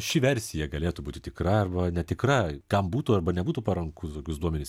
ši versija galėtų būti tikra arba netikra kam būtų arba nebūtų paranku tokius duomenis